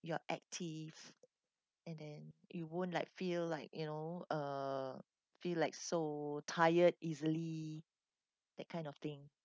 you are active and then you won't like feel like you know uh feel like so tired easily that kind of thing